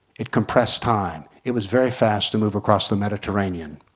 it compressed time, it was very fast to move across the mediterranean.